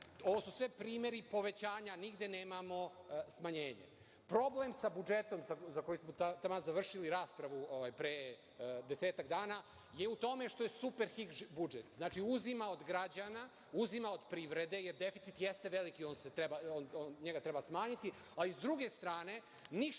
Ovo su sve primeri povećanja, nigde nemamo smanjenje. Problem sa budžetom, za koji smo taman završili raspravu pre desetak dana, je u tome što je super hik budžet. Znači, uzima od građana, uzima od privrede, jer deficit jeste veliki, njega treba smanjiti. S druge strane, ništa